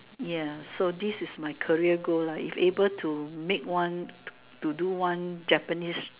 ya so this is my career goal lah if able to make one to do one Japanese